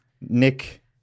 Nick